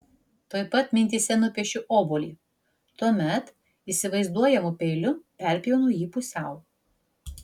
tuoj pat mintyse nupiešiu obuolį tuomet įsivaizduojamu peiliu perpjaunu jį pusiau